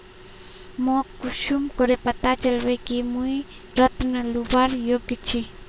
मोक कुंसम करे पता चलबे कि मुई ऋण लुबार योग्य छी?